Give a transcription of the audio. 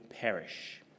perish